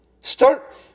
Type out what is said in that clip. Start